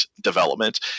development